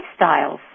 lifestyles